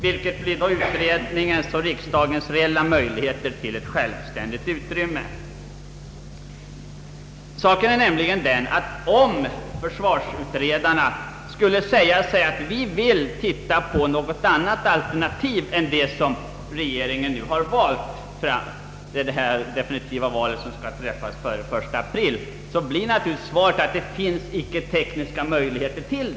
”Vilka blir då utredningens och riksda gen reella möjligheter till ett självständigt arbete?” Saken är den att om försvarsutredarna skulle önska ett alternativ till vad regeringen väljer i det val som skall träffas före den 1 april, blir naturligtvis svaret att det inte finns tekniska möjligheter härtill.